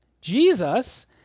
Jesus